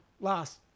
last